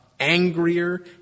angrier